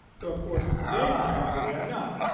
though of course in today's america they are not,